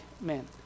men